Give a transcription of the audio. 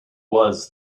was